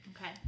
Okay